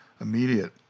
immediate